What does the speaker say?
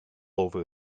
over